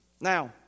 Now